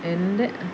എൻ്റെ